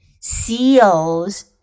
seals